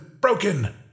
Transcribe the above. broken